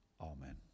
Amen